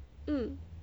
mm